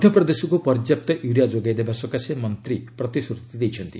ମଧ୍ୟପ୍ରଦେଶକୁ ପର୍ଯ୍ୟାପ୍ତ ୟୁରିଆ ଯୋଗାଇ ଦେବା ସକାଶେ ମନ୍ତ୍ରୀ ପ୍ରତିଶ୍ରତି ଦେଇଛନ୍ତି